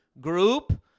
group